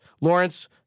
Lawrence